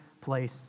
place